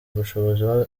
bushobozi